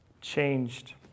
changed